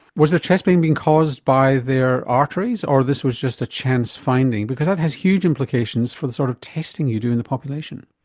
was their chest pain being caused by their arteries, or this was just a chance finding? because that has huge implications for the sort of testing you do in the population.